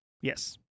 Yes